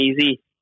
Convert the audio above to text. easy